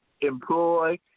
employ